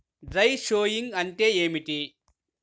Dry sowing అంటే ఏమిటి?